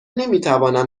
نمیتوانم